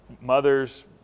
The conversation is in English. mothers